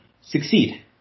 succeed